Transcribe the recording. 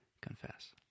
confess